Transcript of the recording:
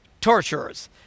torturers